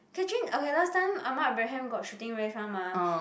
Catherine okay last time Ahmad-Ibrahim got shooting range one mah